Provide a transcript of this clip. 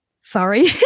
sorry